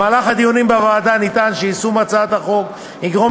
בדיונים בוועדה נטען שיישום הצעת החוק יגרום